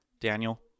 Daniel